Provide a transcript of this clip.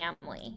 family